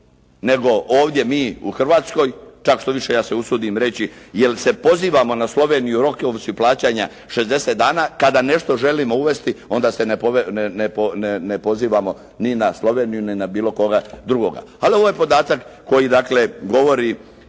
nego ovdje mi u Hrvatskoj. Čak štoviše ja se usudim reći jer se pozivamo na Sloveniju, rok je uoči plaćanja 60 dana. Kada nešto želimo uvesti onda se ne pozivamo ni na Sloveniju ni na bilo koga drugoga. Ali ovo je podatak koji dakle